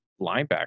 linebacker